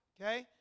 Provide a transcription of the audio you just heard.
Okay